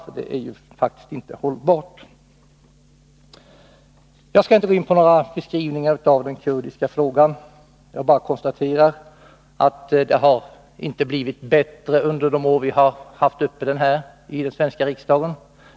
Argumentet är faktiskt inte hållbart. Jag skall inte gå in på några beskrivningar av den kurdiska frågan, utan jag konstaterar bara att det inte har blivit bättre under de år vi haft frågan uppe i den svenska riksdagen.